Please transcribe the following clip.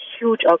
huge